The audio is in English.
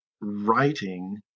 writing